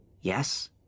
Yes